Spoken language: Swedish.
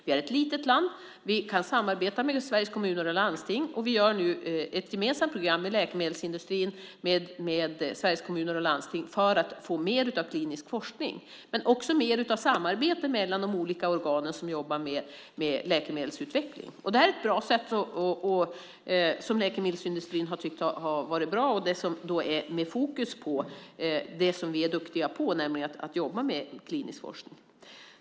Vi är ett litet land, och vi kan samarbeta med Sveriges Kommuner och Landsting. Vi gör nu med Sveriges Kommuner och Landsting ett gemensamt program för läkemedelsindustrin för att få mer av klinisk forskning och också mer av samarbete mellan de olika organ som jobbar med läkemedelsutveckling. Det är ett sätt som läkemedelsindustrin har tyckt har varit bra, med fokus på det som vi är duktiga på, nämligen att jobba med klinisk forskning.